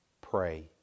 Pray